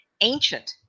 ancient